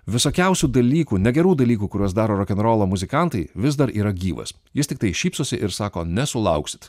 visokiausių dalykų negerų dalykų kuriuos daro rokenrolo muzikantai vis dar yra gyvas jis tiktai šypsosi ir sako nesulauksit